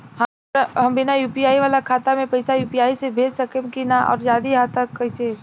हम बिना यू.पी.आई वाला खाता मे पैसा यू.पी.आई से भेज सकेम की ना और जदि हाँ त कईसे?